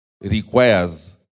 requires